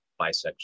bisexual